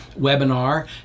Webinar